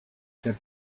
got